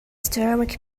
stomach